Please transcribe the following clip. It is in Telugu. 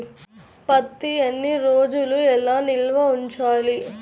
పత్తి ఎన్ని రోజులు ఎలా నిల్వ ఉంచాలి?